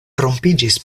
rompiĝis